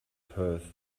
perth